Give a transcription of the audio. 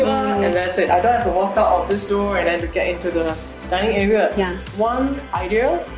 and that's it. i don't have to walk out of this door and and get into the dining area yeah one idea.